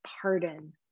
pardon